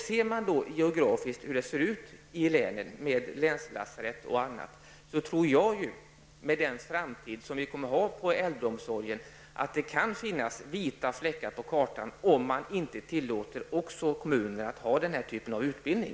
Ser man geografiskt hur det ser ut i länen med länslasarett och annat, finner man att det i den framtida äldreomsorgen kan komma att uppstå vita fläckar på kartan om man inte tillåter kommuner att ha denna typ av utbildning.